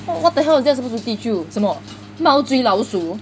wha~ what the hell is that supposed to teach you 什么猫追老鼠